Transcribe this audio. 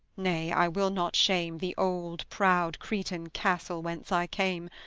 nay, i will not shame the old proud cretan castle whence i came,